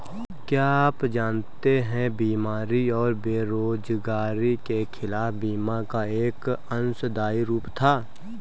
क्या आप जानते है बीमारी और बेरोजगारी के खिलाफ बीमा का एक अंशदायी रूप था?